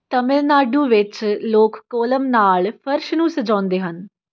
ਤਾਮਿਲਨਾਡੂ ਵਿੱਚ ਲੋਕ ਕੋਲਮ ਨਾਲ ਫਰਸ਼ ਨੂੰ ਸਜਾਉਂਦੇ ਹਨ